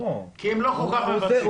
כי הם לא כל כך מבצעים.